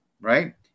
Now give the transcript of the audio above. right